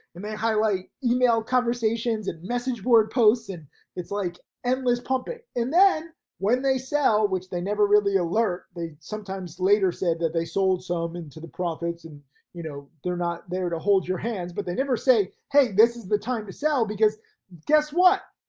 and they highlight email conversations and message board posts, and it's like endless pumping. and then when they sell, which they never really alert, they sometimes later said that they sold some into the profits and you know, they're not there to hold your hands, but they never say, hey, this is the time to sell, because guess what?